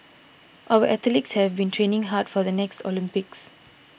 our athletes have been training hard for the next Olympics